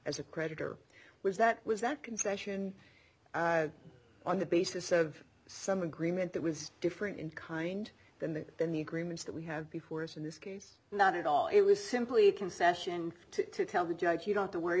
as a creditor was that was that concession on the basis of some agreement that was different in kind than the than the agreements that we have before us in this case not at all it was simply a concession to tell the judge you don't to worry